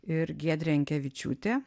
ir giedrė jankevičiūtė